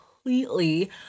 completely